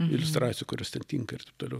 iliustracijų kurios ten tinka ir taip toliau